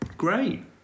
great